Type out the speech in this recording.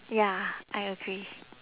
ya I agree